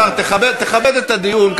השר, תכבד את הדיון,